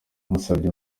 musabye